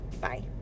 Bye